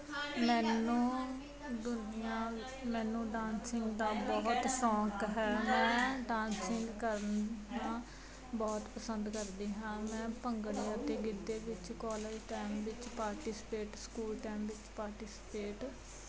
ਮੈਨੂੰ ਦੁਨੀਆ ਵਿੱ ਮੈਨੂੰ ਡਾਂਸਿੰਗ ਦਾ ਬਹੁਤ ਸ਼ੌਕ ਹੈ ਮੈਂ ਡਾਂਸਿੰਗ ਕਰਨਾ ਬਹੁਤ ਪਸੰਦ ਕਰਦੀ ਹਾਂ ਮੈਂ ਭੰਗੜੇ ਅਤੇ ਗਿੱਧੇ ਵਿੱਚ ਕੋਲਜ ਟਾਈਮ ਵਿੱਚ ਪਾਰਟੀਸਪੇਟ ਸਕੂਲ ਟਾਈਮ ਵਿੱਚ ਪਾਰਟੀਸਪੇਟ